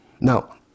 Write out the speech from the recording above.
Now